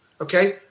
Okay